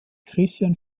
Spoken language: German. christian